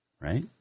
right